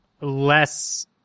less